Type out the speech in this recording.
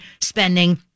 spending